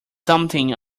something